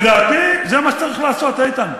לדעתי, זה מה שצריך לעשות, איתן.